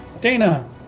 Dana